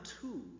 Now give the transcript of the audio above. two